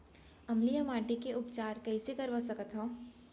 अम्लीय माटी के उपचार कइसे करवा सकत हव?